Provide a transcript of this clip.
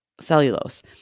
cellulose